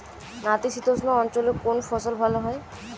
নাতিশীতোষ্ণ অঞ্চলে কোন ফসল ভালো হয়?